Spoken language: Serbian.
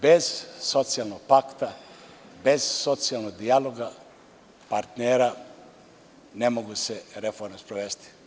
Bez socijalnog pakta, bez socijalnog dijaloga, partnera ne mogu se reforme sprovesti.